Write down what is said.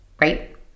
right